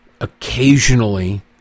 Occasionally